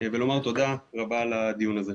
ולומר תודה על הדיון הזה.